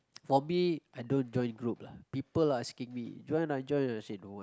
for me I don't join group lah people asking me join lah join lah I say don't want